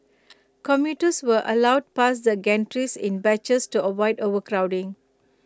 commuters were allowed past the gantries in batches to avoid overcrowding